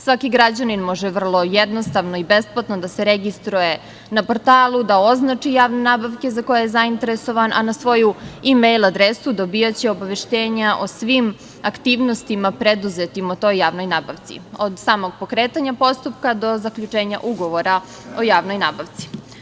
Svaki građanin može vrlo jednostavno i besplatno da se registruje na portalu, da označi javne nabavke za koje je zainteresovan, a na svoju imejl adresu dobijaće obaveštenja o svim aktivnostima preduzetim o toj javnoj nabavci, od samog pokretanja postupka do zaključenja Ugovora o javnoj nabavci.